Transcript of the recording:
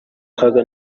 kaga